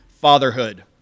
fatherhood